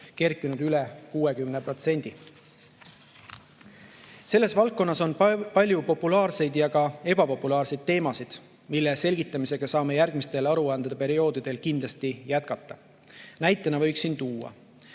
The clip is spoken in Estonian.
kerkinud üle 60%. Selles valdkonnas on palju populaarseid ja ka ebapopulaarseid teemasid, mille selgitamisega saame järgmistel aruandeperioodidel kindlasti jätkata. Näitena võiksin tuua